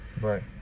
Right